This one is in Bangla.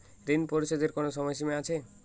ঋণ পরিশোধের কোনো সময় সীমা আছে?